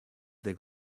their